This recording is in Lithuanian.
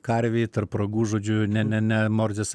karvei tarp ragų žodžiu ne ne ne morzės